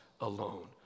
alone